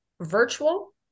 virtual